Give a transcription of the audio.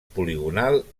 poligonal